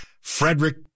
Frederick